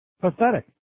Pathetic